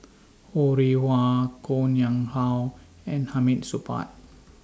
Ho Rih Hwa Koh Nguang How and Hamid Supaat